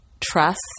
trust